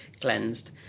cleansed